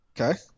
Okay